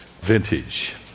vintage